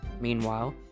Meanwhile